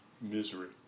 misery